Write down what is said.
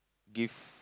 gift